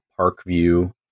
parkview